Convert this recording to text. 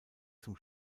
zum